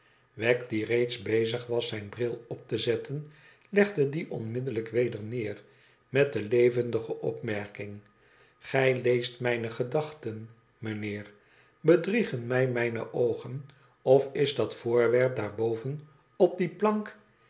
wegg die reeds bezig was zijn bril op te zetten legde die onmiddellijk weder neer met de levendige opmerking igij leest mijne gedachten meneer bedriegen mij mijne oogen of is dat voorwerp daarboven op die plank